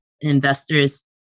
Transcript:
Investors